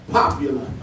popular